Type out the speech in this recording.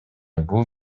бул